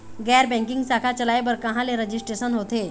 गैर बैंकिंग शाखा चलाए बर कहां ले रजिस्ट्रेशन होथे?